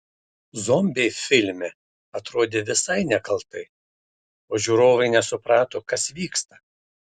zombiai filme atrodė visai nekaltai o žiūrovai nesuprato kas vyksta